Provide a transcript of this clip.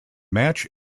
match